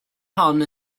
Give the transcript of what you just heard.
hon